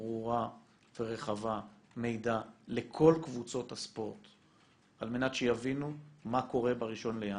ברורה ורחבה מידע לכל קבוצות הספורט על מנת שיבינו מה קורה ב-1 בינואר.